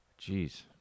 Jeez